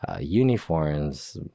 Uniforms